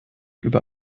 über